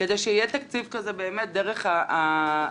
כדי שיהיה תקציב כזה באמת דרך הרשות,